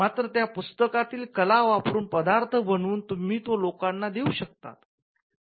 मात्र त्या पुस्तकातील कला वापरून पदार्थ बनवून तुम्ही तो लोकांना देऊ शकतात